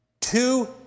two